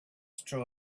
true